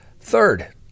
Third